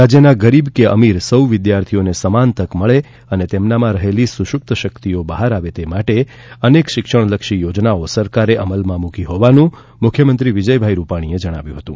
રાજ્યના ગરીબ કે અમીર સૌ વિદ્યાર્થીઓને સમાન તક મળે અને તેમનામાં રહેલી સુષુપ્ત શક્તિઓ બહાર આવે તે માટે અનેક શિક્ષણ લક્ષી યોજનાઓ સરકારે અમલમાં મૂકી હોવાનું શ્રી રૂપાણીએ જણાવ્યું હતું